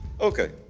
Okay